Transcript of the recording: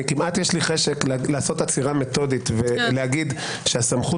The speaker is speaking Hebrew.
יש לי חשק לעשות עצירה מתודית ולומר שהסמכות